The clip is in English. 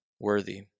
worthy